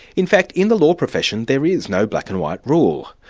in fact, in the law profession, there is no black and white rule.